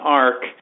arc